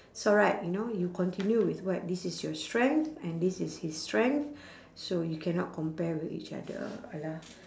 it's alright you know you continue with what this is your strength and this is his strength so you cannot compare with each other !alah!